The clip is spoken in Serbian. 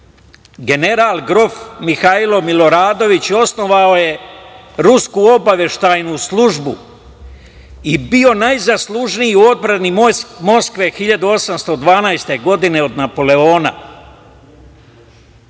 general grof Mihajlo Miloradović osnovao je rusku obaveštajnu službu i bio najzaslužniji u odbrani Moskve 1812. godine od Napoleona.